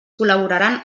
col·laboraran